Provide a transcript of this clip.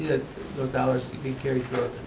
that those dollars to being carried